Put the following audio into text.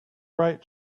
right